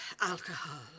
Alcohol